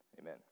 Amen